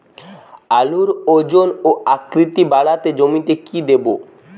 আলুর ওজন ও আকৃতি বাড়াতে জমিতে কি দেবো?